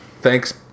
Thanks